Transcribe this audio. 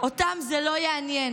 אותם זה לא יעניין.